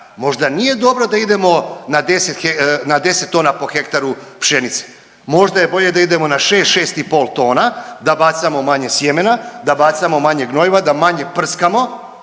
možda nije dobro da idemo na 10 tona po hektaru pšenice. Možda je bolje da idemo na 6, 6 i pol tona, da bacamo manje sjemena, da bacamo manje gnojiva, da manje prskamo